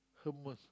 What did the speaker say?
hummus